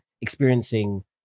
experiencing